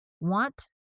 want